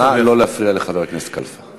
נא לא להפריע לחבר הכנסת כלפה.